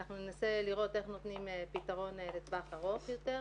אנחנו ננסה לראות איך נותנים פתרון לטווח ארוך יותר.